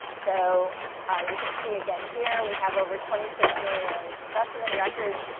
so you can see, again, here we have over twenty six million specimen records,